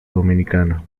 dominicana